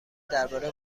درباره